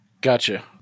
Gotcha